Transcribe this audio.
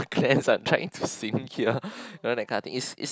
I'm trying to sing here you know that kind of thing is is